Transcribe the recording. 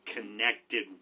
connected